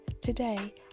Today